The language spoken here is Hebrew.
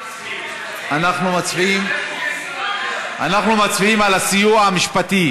אנחנו מצביעים על הסיוע המשפטי.